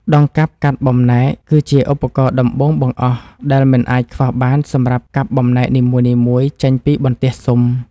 ដង្កាប់កាត់បំណែក គឺជាឧបករណ៍ដំបូងបង្អស់ដែលមិនអាចខ្វះបានសម្រាប់កាត់បំណែកនីមួយៗចេញពីបន្ទះស៊ុម។